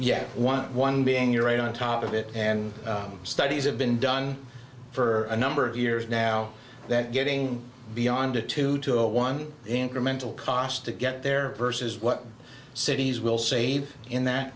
yet one one being you're right on top of it and studies have been done for a number of years now that getting beyond a two to one incremental cost to get there vs what cities will save in that